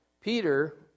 Peter